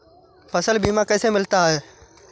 फसल बीमा कैसे मिलता है?